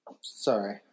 Sorry